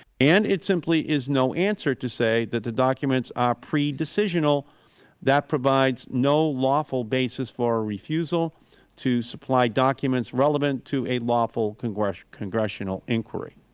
and it simply is no answer to say that the documents are pre-decisional that provides no lawful basis for a refusal to supply documents relevant to a lawful congressional congressional inquiry.